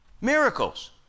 miracles